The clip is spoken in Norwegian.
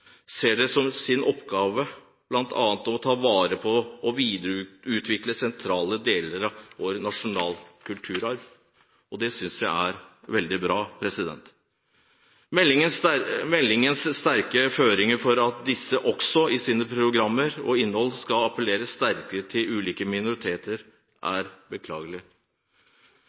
videreutvikle sentrale deler av vår nasjonale kulturarv, og det synes jeg er veldig bra. Meldingens sterke føringer for at disse også i sine programmer og sitt innhold skal appellere sterkere til ulike minoriteter, er beklagelig.